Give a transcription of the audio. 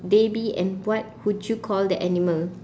they be and what would you call the animal